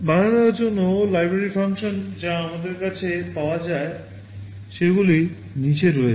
বাধা দেওয়ার জন্য লাইব্রেরির ফাংশন যা আমাদের কাছে পাওয়া যায় সেগুলি নীচে রয়েছে